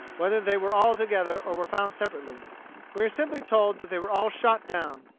whether they were all together or were found separately we are simply told that they were all shot down.